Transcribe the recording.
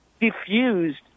diffused